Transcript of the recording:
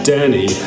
Danny